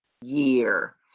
year